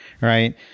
Right